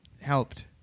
helped